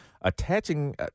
attaching